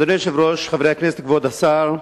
אדוני היושב-ראש, חברי הכנסת, כבוד השר,